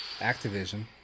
activision